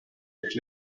ich